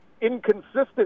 inconsistent